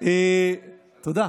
תודה.